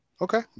Okay